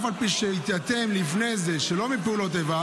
ואף על פי שהתייתם לפני זה שלא מפעולות איבה